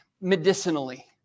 medicinally